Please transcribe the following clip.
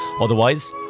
Otherwise